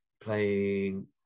playing